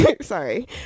sorry